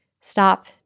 Stop